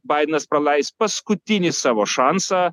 baidenas praleis paskutinį savo šansą